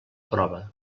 prova